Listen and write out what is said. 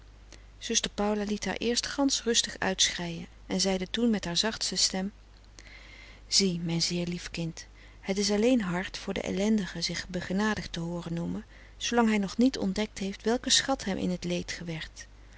zuster paula liet haar eerst gansch rustig uitschreien en zeide toen met haar zachtste stem zie mijn zeer lief kind het is alleen hard voor den ellendige zich begenadigd te hooren noemen zoolang hij nog niet ontdekt heeft welke schat hem in het leed gewerd